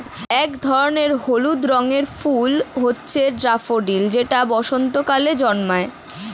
এক ধরনের হলুদ রঙের ফুল হচ্ছে ড্যাফোডিল যেটা বসন্তকালে জন্মায়